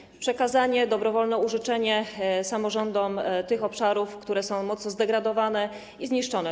Chodzi o przekazanie, dobrowolne użyczenie samorządom tych obszarów, które są mocno zdegradowane i zniszczone.